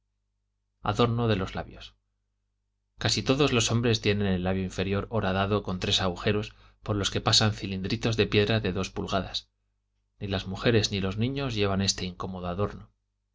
adorno de los labios casi todos los hombres tienen el labio inferior horadado con tres agujeros por los que pasan cilindritos de piedra de dos pulgadas ni las mujeres ni los niños llevan este incómodo adorno